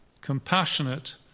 Compassionate